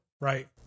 right